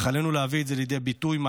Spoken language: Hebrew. אך עלינו להביא את זה לידי ביטוי מעשי,